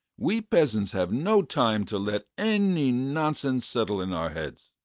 we peasants have no time to let any nonsense settle in our heads.